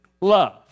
love